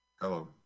Hello